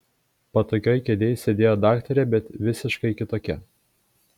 patogioj kėdėj sėdėjo daktarė bet visiškai kitokia